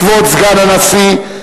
כבוד סגן הנשיא,